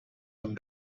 het